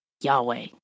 Yahweh